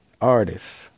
artists